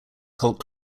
cult